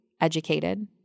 educated